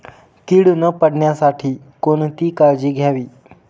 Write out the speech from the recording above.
कीड न पडण्यासाठी कोणती काळजी घ्यावी?